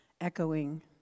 echoing